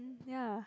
ya